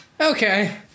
okay